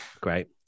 great